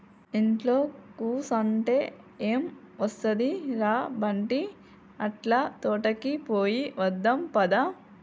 ఇంట్లో కుసంటే ఎం ఒస్తది ర బంటీ, అట్లా తోటకి పోయి వద్దాం పద